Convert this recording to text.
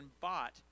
bought